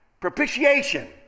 Propitiation